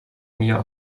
millor